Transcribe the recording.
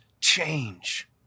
change